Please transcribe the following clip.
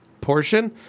portion